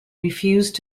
refused